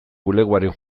bulegoaren